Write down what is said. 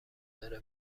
داره